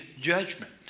judgment